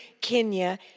Kenya